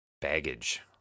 baggage